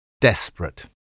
Desperate